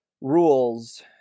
rules